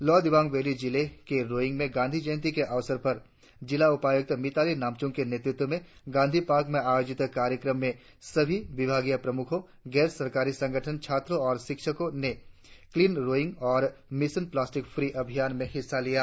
lower Dibang valley जिले के रोइंग में गांधी जयंती के अवसर पर जिला उपायुक्त मिताली नामचुम के नेतृत्व में गांधी पार्क में आयोजित कार्यक्रम में सभी विभागीय प्रमुखों गैर सरकारी संगठनों छात्रों और शिक्षकों ने क्लीन रोइंग और मिशन प्लास्टिक फ्री अभियान में हिस्सा लिया